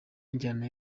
injyana